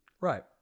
Right